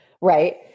right